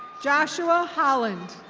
joshua holland.